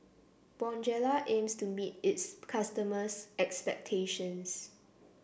Bonjela aims to meet its customers' expectations